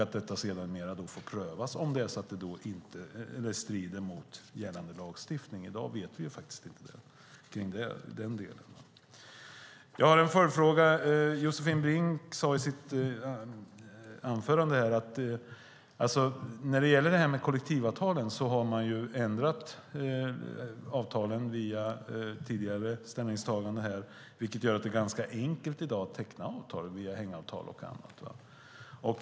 Detta får sedermera prövas om det strider mot gällande lagstiftning. I dag vet vi faktiskt inte det. Jag har en följdfråga angående något som Josefin Brink tog upp. När det gäller kollektivavtalen har de ändrats genom tidigare ställningstaganden här, vilket gör att det är ganska enkelt att i dag teckna avtal via hängavtal och annat.